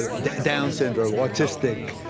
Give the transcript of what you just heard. ah down syndrome, autistic,